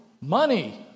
Money